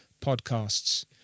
podcasts